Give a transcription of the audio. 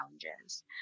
challenges